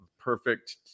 perfect